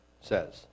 says